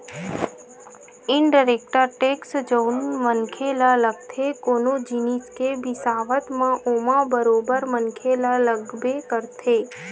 indirect tax जउन मनखे ल लगथे कोनो जिनिस के बिसावत म ओमा बरोबर मनखे ल लगबे करथे